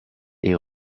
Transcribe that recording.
est